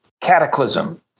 cataclysm